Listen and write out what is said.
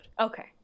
okay